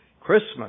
Christmas